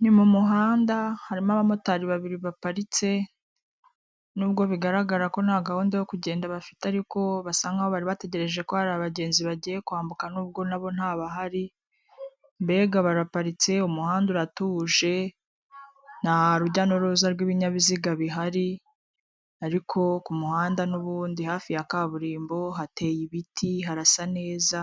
Ni mu muhanda harimo abamotari babiri baparitse, nubwo bigaragara ko nta gahunda yo kugenda bafite ariko basanga nkaho bari bategereje ko hari abagenzi bagiye kwambuka nubwo nabo ntabahari, mbega baraparitse umuhanda uratuje, nta rujya n'uruza rw'ibinyabiziga bihari, ariko ku muhanda n'ubundi hafi ya kaburimbo hateye ibiti, harasa neza,